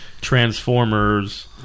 Transformers